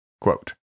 Quote